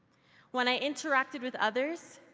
when i interacted with others,